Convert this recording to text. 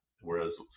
Whereas